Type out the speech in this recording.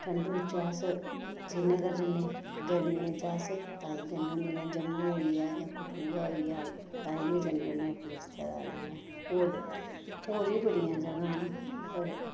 ठंडू च अस श्रीनगर जन्ने गरमी च अस ताईं जन्ने होन्ने जम्मू होई आ जां कठुआ होई गेआ ताईं गै जन्ने अपने रिश्तेदारें दे होर होर बी बड़ियां जगह् न पर